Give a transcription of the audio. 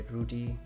Rudy